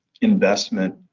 investment